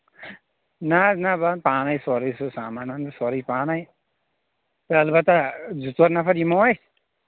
نہ حظ نہ بہٕ اَنہٕ پانَے سورُے سُہ سامان اَنہٕ بہٕ سورُے پانَے تہٕ اَلبتہ زٕ ژور نَفر یِمو أسۍ